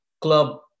club